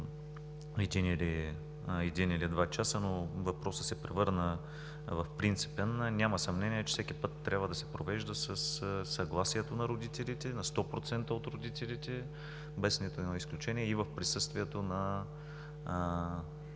един или два часа, но въпросът се превърна в принципен. Няма съмнение, че всеки път трябва да се провежда със съгласието на родителите, на сто процента от родителите, без нито едно изключение, в присъствието на